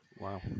Wow